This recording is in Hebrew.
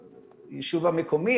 ראש היישוב המקומי,